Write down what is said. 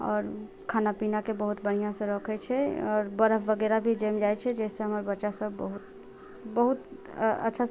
आओर खाना पीनाके बहुत बढ़िआँसँ रखै छै आओर बरफ वगैरह भी जमि जाइ छै जाहिसँ हमर बच्चासब बहुत बहुत अच्छासँ